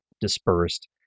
dispersed